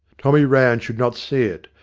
tommy rann should not see it,